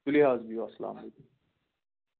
تُلِو حظ بِہِو اَسلام علیکُم